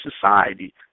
society